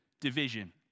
Division